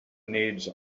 needs